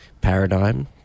paradigm